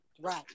right